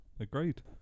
Agreed